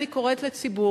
אני קוראת לציבור,